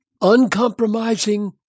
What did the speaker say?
uncompromising